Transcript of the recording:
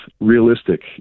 realistic